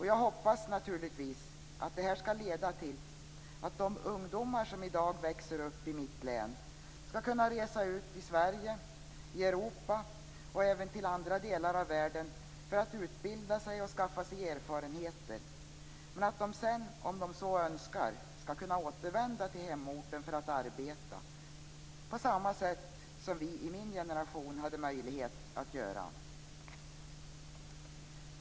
Jag hoppas naturligtvis att det skall leda till att de ungdomar som i dag växer upp i mitt hemlän skall kunna resa ut i Sverige och Europa och även till andra delar av världen för att utbilda sig och skaffa sig erfarenheter, men att de sedan om de så önskar skall kunna återvända till hemorten för att arbeta på samma sätt som vi i min generation hade möjlighet att göra.